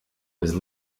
was